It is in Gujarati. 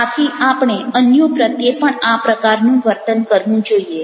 આથી આપણે અન્યો પ્રત્યે પણ આ પ્રકારનું વર્તન કરવું જોઈએ